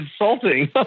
insulting